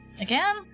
Again